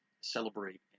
celebrate